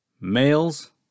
Males